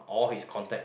all his contact